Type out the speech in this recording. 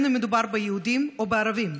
אם מדובר ביהודים ואם בערבים,